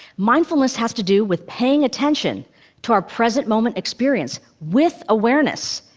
mindfulness has to do with paying attention to our present-moment experience with awareness.